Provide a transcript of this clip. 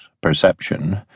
perception